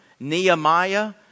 Nehemiah